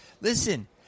Listen